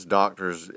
doctors